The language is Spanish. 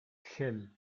gel